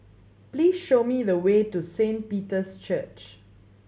please show me the way to Saint Peter's Church